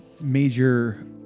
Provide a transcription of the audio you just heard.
major